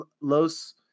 Los